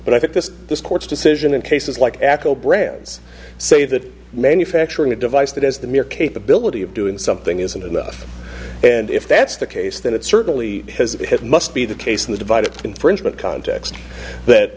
but i think this this court's decision in cases like acco brands say that manufacturing a device that has the mere capability of doing something isn't enough and if that's the case then it certainly has hit must be the case in the divided infringement context that